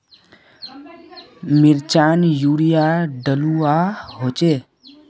मिर्चान यूरिया डलुआ होचे?